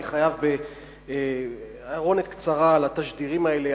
אני חייב בהערונת קצרה על התשדירים האלה.